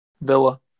Villa